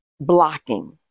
blocking